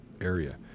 area